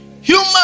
Human